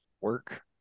work